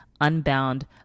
unbound